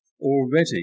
already